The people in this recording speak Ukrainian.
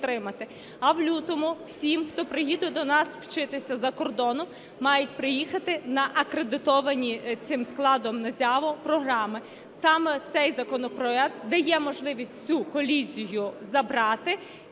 А в лютому всім, хто приїде до нас вчитися з-за кордону, мають приїхати на акредитовані цим складом НАЗЯВО програми. Саме цей законопроект дає можливість цю колізію забрати